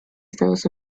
estados